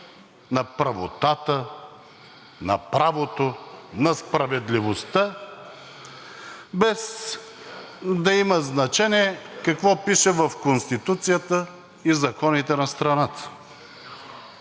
на правотата, на правото, на справедливостта, без да има значение какво пише в Конституцията и законите на страната.